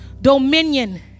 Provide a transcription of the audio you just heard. Dominion